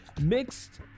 mixed